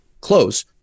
close